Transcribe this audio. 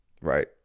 right